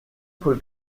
paul